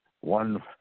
one